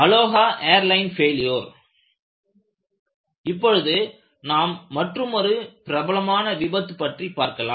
Aloha airline failure இப்பொழுது நாம் மற்றுமொரு பிரபலமான விபத்து பற்றி பார்க்கலாம்